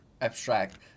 abstract